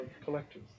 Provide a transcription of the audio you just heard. collectors